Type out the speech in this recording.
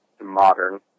modern